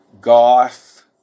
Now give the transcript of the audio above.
goth